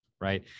right